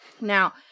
now